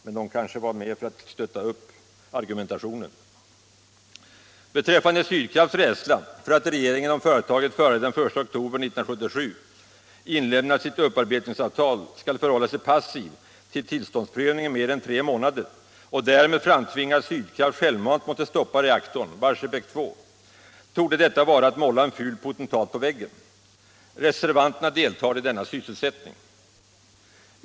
Men de kanske fick vara med för att stötta upp argumentationen. Beträffande Sydkrafts rädsla för att regeringen, om företaget före den I oktober 1977 inlämnat sitt upparbetningsavtal, skall förhålla sig passiv till tillståndsprövning i mer än tre månader och därmed framtvinga att Sydkraft självmant måste stoppa reaktorn Barsebäck 2 torde detta vara att måla en ful potentat på väggen. Reservanterna deltar i denna sysselsättning.